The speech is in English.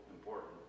important